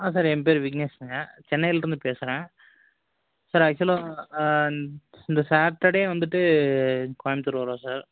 ஆ sir என் பெயர் விக்னேஷுங்க சென்னைலேருந்து பேசுறேன் சார் ஆக்சுவலா இந் இந்த சாட்டர்டே வந்துட்டு கோயம்புத்தூர் வரோம் சார்